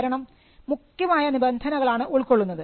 കാരണം മുഖ്യമായ നിബന്ധനകളാണ് ഉൾക്കൊള്ളുന്നത്